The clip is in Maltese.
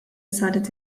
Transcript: saret